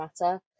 Matter